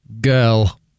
Girl